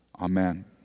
Amen